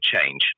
change